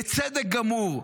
בצדק גמור,